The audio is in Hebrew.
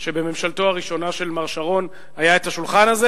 שבממשלתו הראשונה של מר שרון היה השולחן הזה.